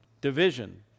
division